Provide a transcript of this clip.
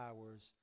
hours